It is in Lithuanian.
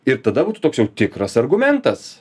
ir tada būtų toks jau tikras argumentas